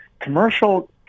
commercial